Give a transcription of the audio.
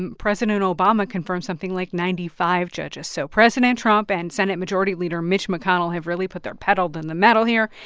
and president obama confirmed something like ninety five judges. so president trump and senate majority leader mitch mcconnell have really put their pedal to the metal here,